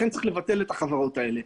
לכן צריך לבטל את החברת הללו.